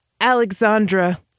Alexandra